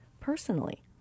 personally